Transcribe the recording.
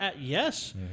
Yes